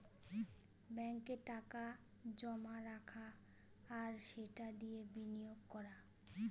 ব্যাঙ্কে টাকা জমা রাখা আর সেটা দিয়ে বিনিয়োগ করা